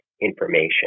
information